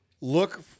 look